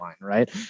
right